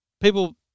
people